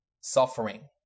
suffering